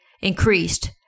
increased